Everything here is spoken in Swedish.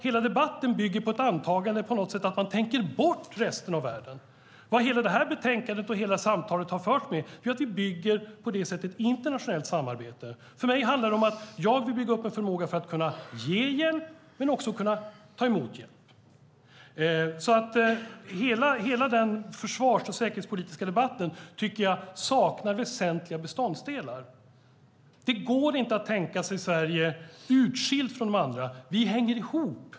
Hela debatten bygger på något sätt på ett antagande där man tänker bort resten av världen. Hela betänkandet och samtalet har fört oss till att vi bygger ett internationellt samarbete. För mig handlar det om att jag vill bygga upp en förmåga för landet att ge hjälp men också att ta emot hjälp. Jag tycker att hela försvarsdebatten och den säkerhetspolitiska debatten saknar väsentliga beståndsdelar. Det går inte att tänka sig Sverige utskilt från de andra. Vi hänger ihop.